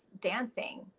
dancing